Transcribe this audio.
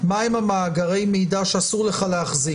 מה הם מאגרי המידע שאסור לך להחזיק.